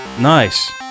nice